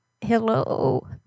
Hello